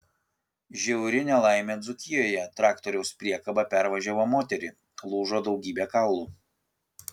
žiauri nelaimė dzūkijoje traktoriaus priekaba pervažiavo moterį lūžo daugybė kaulų